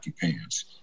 pants